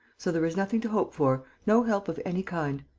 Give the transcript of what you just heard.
so there is nothing to hope for, no help of any kind.